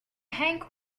hank